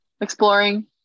exploring